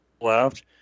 left